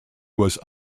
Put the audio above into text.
was